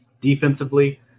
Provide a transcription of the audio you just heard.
defensively